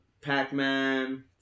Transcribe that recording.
pac-man